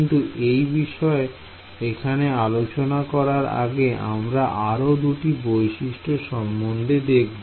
কিন্তু এই বিষয়ে এখানেআলোচনা করার আগে আমরা আরো দুটো বৈশিষ্ট্য সম্বন্ধে দেখব